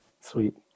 sweet